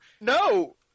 No